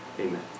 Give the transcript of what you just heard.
Amen